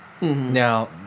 Now